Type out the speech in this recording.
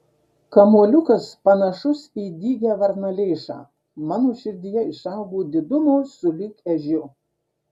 kamuoliukas panašus į dygią varnalėšą mano širdyje išaugo didumo sulig ežiu